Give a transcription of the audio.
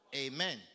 Amen